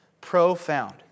Profound